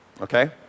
Okay